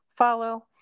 Follow